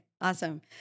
Awesome